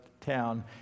town